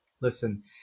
Listen